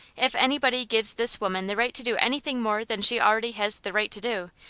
if anybody gives this woman the right to do anything more than she already has the right to do,